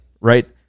right